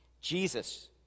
Jesus